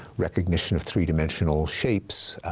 recognition of three-dimensional shapes,